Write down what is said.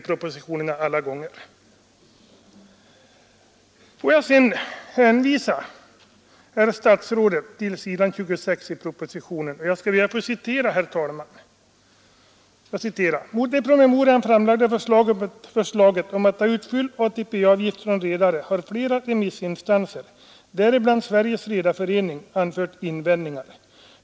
Jag hänvisar vidare herr statsrådet till s. 26 i propositionen, och jag skall be att få citera där: ”Mot det i promemorian framlagda förslaget om att ta ut full ATP-avgift från redare har flera remissinstanser, däribland Sveriges redareförening, anfört invändningar.